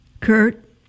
Kurt